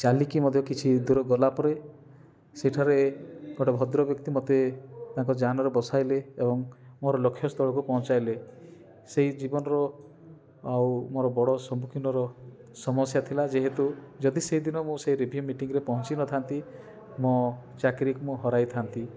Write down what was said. ଚାଲିକି ମଧ୍ୟ କିଛି ଦୂର ଗଲା ପରେ ସେଠାରେ ଗୋଟେ ଭଦ୍ର ବ୍ୟକ୍ତି ମତେ ତାଙ୍କ ଯାନରେ ବସାଇଲେ ଏବଂ ମୋର ଲକ୍ଷ୍ୟ ସ୍ଥଳକୁ ପହଞ୍ଚାଇଲେ ସେହି ଜୀବନର ଆଉ ମୋର ବଡ଼ ସମୁଖୀନର ସମସ୍ୟା ଥିଲା ଯେହେତୁ ଯଦି ସେଦିନ ମୁଁ ସେ ରିଭି ମିଟିଙ୍ଗରେ ପହଞ୍ଚି ନଥାନ୍ତି ମୋ ଚାକିରିକି ମୁଁ ହରାଇଥାନ୍ତି